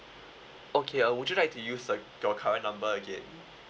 okay uh would you like to use uh your current number again